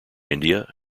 india